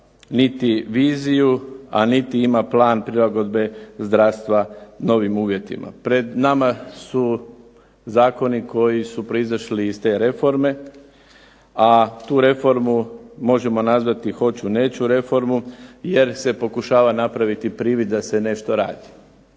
niti viziju, a niti ima plan prilagodbe zdravstva novim uvjetima. Pred nama su zakoni koji su proizašli iz te reforme, a tu reformu možemo nazvati "hoću-neću reformu" jer se pokušava napraviti privid da se nešto radi.